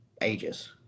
ages